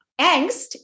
angst